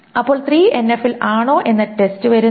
അപ്പോൾ ഇത് 3NF ൽ ആണോ എന്ന ടെസ്റ്റ് വരുന്നു